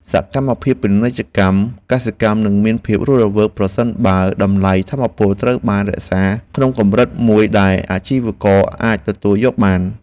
សកម្មភាពពាណិជ្ជកម្មកសិកម្មនឹងមានភាពរស់រវើកប្រសិនបើតម្លៃថាមពលត្រូវបានរក្សាក្នុងកម្រិតមួយដែលអាជីវករអាចទទួលយកបាន។